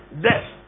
Death